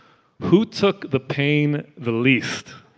who took the pain the least?